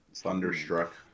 thunderstruck